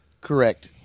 Correct